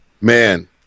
man